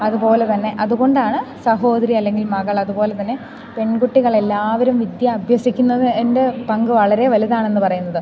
അതുപോലെതന്നെ അതുകൊണ്ടാണ് സഹോദരി അല്ലെങ്കിൽ മകൾ അതുപോലെതന്നെ പെൺകുട്ടികൾ എല്ലാവരും വിദ്യ അഭ്യസിക്കുന്നത് എൻ്റെ പങ്ക് വളരെ വലുതാണെന്നു പറയുന്നത്